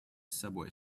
subway